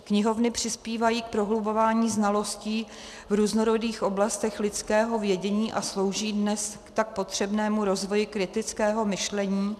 Knihovny přispívají k prohlubování znalostí v různorodých oblastech lidského vědění a slouží dnes k tak potřebnému rozvoji kritického myšlení.